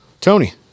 tony